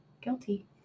guilty